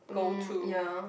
go to